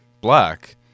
black